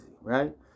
Right